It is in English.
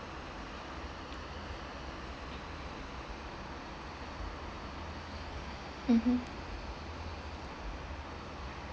mmhmm